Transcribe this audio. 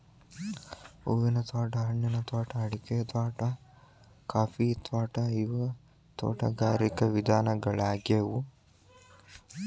ಹೂವಿನ ತ್ವಾಟಾ, ಹಣ್ಣಿನ ತ್ವಾಟಾ, ಅಡಿಕಿ ತ್ವಾಟಾ, ಕಾಫಿ ತ್ವಾಟಾ ಇವು ತೋಟಗಾರಿಕ ವಿಧಗಳ್ಯಾಗ್ಯವು